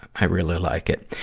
i really like it.